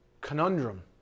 conundrum